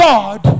God